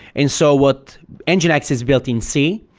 and so what and nginx has built in c.